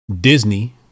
Disney